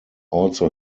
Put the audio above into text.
also